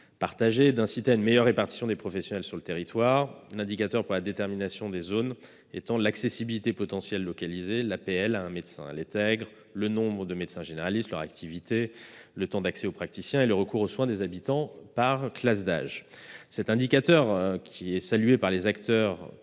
partagé, est de favoriser une meilleure répartition des professionnels sur le territoire. L'indicateur pour la détermination des zones est l'accessibilité potentielle localisée, l'APL, à un médecin. Elle intègre le nombre de médecins généralistes, leur activité, le temps d'accès au praticien et le recours aux soins des habitants par classes d'âge. Cet indicateur, dont les acteurs